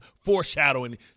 foreshadowing